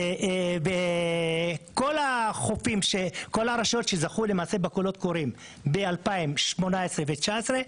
וכל הרשויות שזכו בקולות קוראים ב-2018 ו-2019,